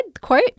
quote